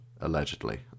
allegedly